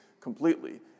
completely